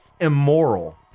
immoral